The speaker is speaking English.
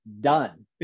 done